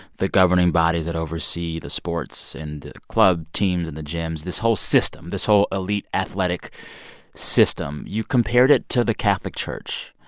the governing bodies that oversee the sports and the club teams and the gyms this whole system, this whole elite athletic system. you compared it to the catholic church,